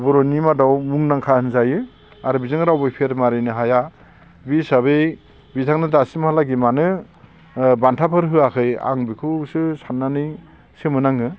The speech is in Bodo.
बर'नि मादाव मुंदांखा होनजायो आरो बिजों रावबो फेर मारिनो हाया बि हिसाबै बिथांनो दासिमहालागै मानो बान्थाफोर होआखै आं बेखौसो साननानै सोमो नाङो